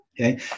Okay